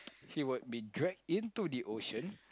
he would be drag into the ocean